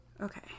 Okay